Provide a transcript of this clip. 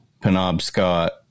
Penobscot